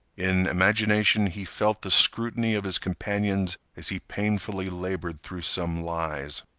in imagination he felt the scrutiny of his companions as he painfully labored through some lies.